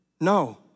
No